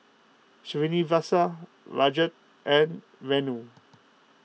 Srinivasa Rajat and Renu